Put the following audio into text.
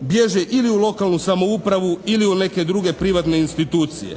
Bježe ili u lokalnu samoupravu ili u neke druge privatne institucije.